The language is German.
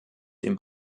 dem